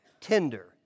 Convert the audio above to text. tender